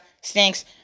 stinks